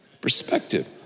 Perspective